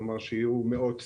כלומר שיהיו מאות שיחות,